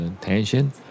tension